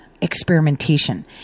experimentation